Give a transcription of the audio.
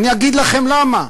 אגיד לכם למה: